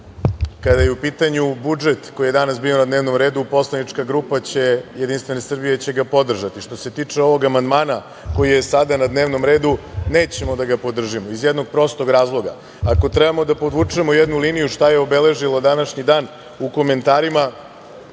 kada je u pitanju budžet koji je danas bio na dnevnom redu poslanička grupa JS će ga podržati, a što se tiče ovog amandmana koji je sada na dnevnom redu, nećemo da ga podržimo iz jednog prostog razloga. Ako treba da podvučemo jednu liniju šta je obeležilo današnji dan u komentarima,